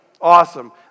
Awesome